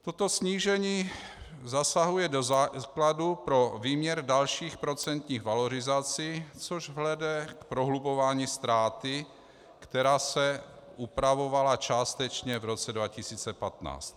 Toto snížení zasahuje do základu pro výměr dalších procentních valorizací, což vede k prohlubování ztráty, která se upravovala částečně v roce 2015.